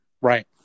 right